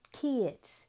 kids